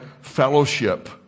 fellowship